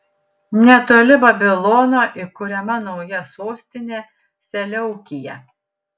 netoli babilono įkuriama nauja sostinė seleukija